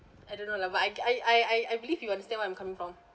I don't know lah but I I I I believe you understand where I'm coming from